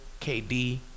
KD